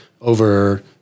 over